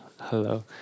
Hello